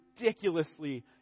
ridiculously